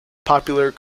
popular